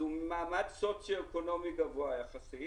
הוא ממעמד סוציו אקונומי גבוה יחסית